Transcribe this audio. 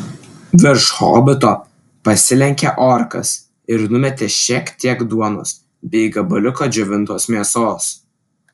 virš hobito pasilenkė orkas ir numetė šiek tiek duonos bei gabaliuką džiovintos mėsos